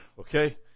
okay